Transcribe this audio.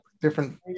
different